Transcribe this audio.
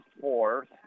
fourth